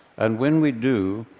and when we do,